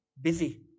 busy